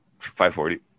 540